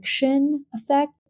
effect